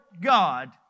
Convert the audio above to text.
God